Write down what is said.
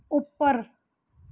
ਉੱਪਰ